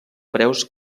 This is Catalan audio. preus